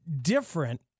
different